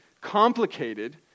complicated